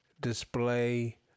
display